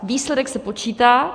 Výsledek se počítá.